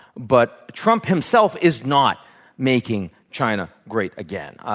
but trump himself is not making china great again.